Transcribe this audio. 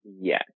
Yes